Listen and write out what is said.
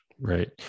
Right